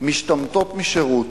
משתמטות משירות,